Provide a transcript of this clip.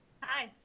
Hi